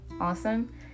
awesome